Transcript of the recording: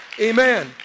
Amen